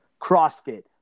CrossFit